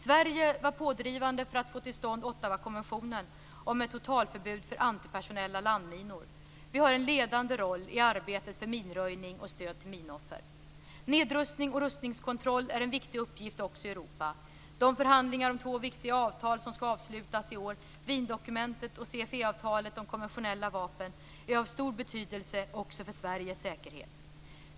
Sverige var pådrivande för att få till stånd Ottawakonventionen om ett totalförbud för antipersonella landminor. Vi har en ledande roll i arbetet för minröjning och stöd till minoffer. Nedrustning och rustningskontroll är en viktig uppgift också i Europa. De förhandlingar om två viktiga avtal som skall avslutas i år - Wiendokumentet och CFE-avtalet om konventionella vapen - är av stor betydelse också för Sveriges säkerhet.